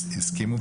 שהסכימו.